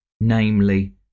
namely